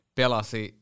pelasi